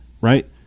right